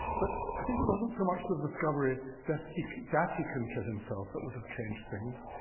but, i think it wasn't so much the discovery that he that he can kill himself that would've changed things.